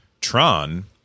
Tron